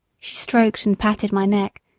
she stroked and patted my neck,